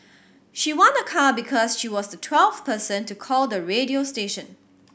she won a car because she was the twelfth person to call the radio station